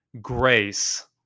grace